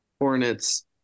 Hornets